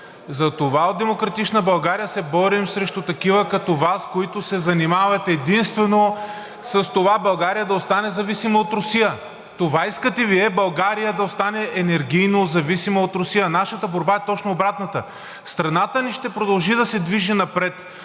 Затова от „Демократична България“ се борим срещу такива като Вас, които се занимават единствено с това България да остане зависима от Русия. Това искате Вие: България да остане енергийно зависима от Русия. Нашата борба е точно обратната. Страната ни ще продължи да се движи напред